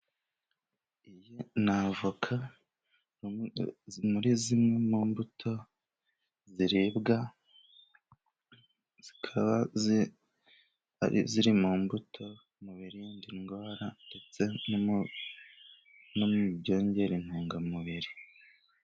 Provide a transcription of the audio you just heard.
Iyi ni avoka . Ziri muri zimwe mu mbuto ziribwa zikaba ziri mu mbuto ,mu birinda indwara ndetse no byongera intungamubiri.